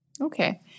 Okay